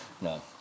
No